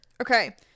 Okay